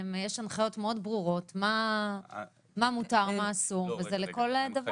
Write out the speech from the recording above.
יש הנחיות מאוד ברורות מה מותר ומה אסור וזה לכל דבר.